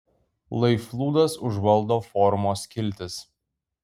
lai flūdas užvaldo forumo skiltis